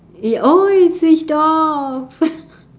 oh it switched off